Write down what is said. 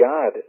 God